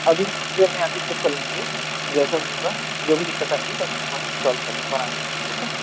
अभी सुबह में आकर चेक कर लेंगे जैसा भी होगा जो भी दिक़्क़त आएगी तो वहीं सॉल्व कर लेंगे बना लेंगे ठीक है